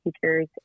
teachers